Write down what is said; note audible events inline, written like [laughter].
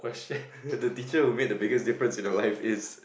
[laughs] the teacher who made the biggest difference in your life is